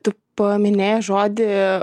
tu paminėjai žodį